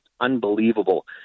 unbelievable